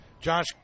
Josh